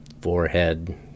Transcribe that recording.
forehead